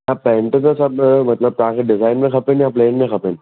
हा पेन्ट त सभु मतलबु तव्हांखे डिज़ाइन में खपनि या प्लेन में खपनि